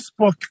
Facebook